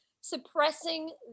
suppressing